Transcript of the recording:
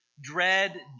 dread